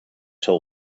till